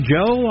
Joe